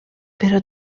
però